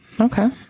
Okay